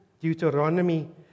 Deuteronomy